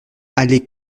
allée